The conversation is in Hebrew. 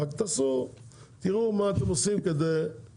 רק תראו מה אתם עושים כדי לשפר אותו.